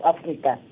Africa